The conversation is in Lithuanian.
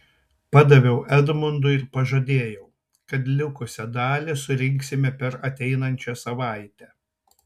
padaviau edmundui ir pažadėjau kad likusią dalį surinksime per ateinančią savaitę